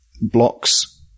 blocks